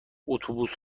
اتوبوس